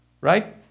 right